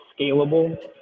scalable